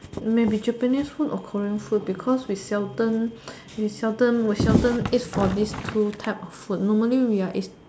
maybe Japanese food or Korean food because we seldom we seldom we seldom eat these two kind of food normally we is eat